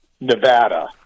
Nevada